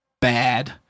bad